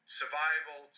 survival